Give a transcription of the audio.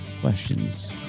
questions